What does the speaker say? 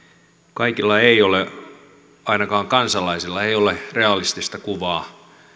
kaikilla ei ole ainakaan kansalaisilla ei ole realistista kuvaa